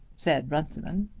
said runciman.